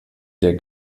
der